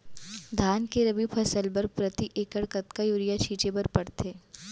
धान के रबि फसल बर प्रति एकड़ कतका यूरिया छिंचे बर पड़थे?